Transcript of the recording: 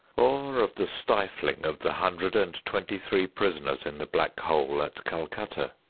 or of the stifling of the hundred and twenty-three prisoners in the black hole at calcutta.